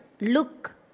look